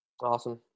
Awesome